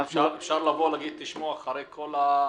אפשר לומר שאחרי כל מה